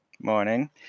Morning